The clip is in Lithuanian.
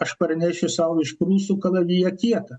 aš parnešiu sau iš prūsų kalaviją kietą